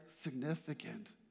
significant